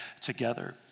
together